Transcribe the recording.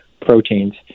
proteins